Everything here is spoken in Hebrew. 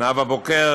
נאוה בוקר,